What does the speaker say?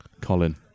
Colin